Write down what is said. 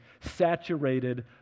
saturated